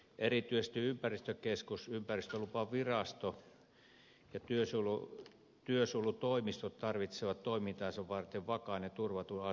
erityisesti ympäristökeskus ympäristölupavirasto ja työsuojelutoimistot tarvitsevat toimintaansa varten vakaan ja turvatun aseman